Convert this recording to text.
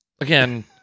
again